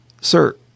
sir